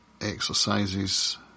exercises